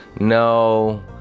no